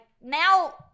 now